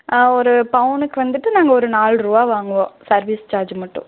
ஒரு பவுனுக்கு வந்துட்டு நாங்கள் ஒரு நாலு ருபா வாங்குவோம் சர்வீஸ் சார்ஜு மட்டும்